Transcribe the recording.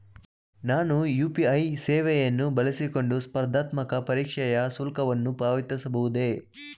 ನಾನು ಯು.ಪಿ.ಐ ಸೇವೆಯನ್ನು ಬಳಸಿಕೊಂಡು ಸ್ಪರ್ಧಾತ್ಮಕ ಪರೀಕ್ಷೆಯ ಶುಲ್ಕವನ್ನು ಪಾವತಿಸಬಹುದೇ?